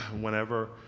whenever